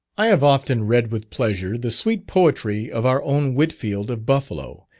i have often read with pleasure the sweet poetry of our own whitfield of buffalo,